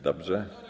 Dobrze.